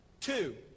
Two